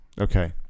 okay